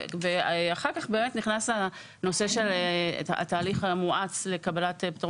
ואחר כך נכנס התהליך המואץ לקבלת פטור